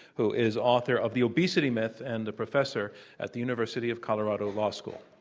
who is author of the obesity myth and professor at the university of colorado law school.